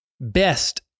best